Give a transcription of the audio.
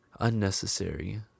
unnecessary